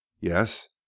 Yes